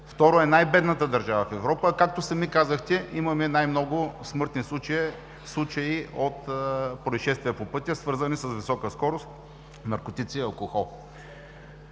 второ, е най-бедната държава в Европа, а както сами казахте, имаме най-много смъртни случаи от произшествия по пътя, свързани с висока скорост, наркотици и алкохол.